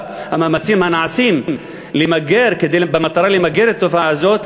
המאמצים הנעשים במטרה למגר את התופעה הזאת,